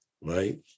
right